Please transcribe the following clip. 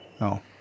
No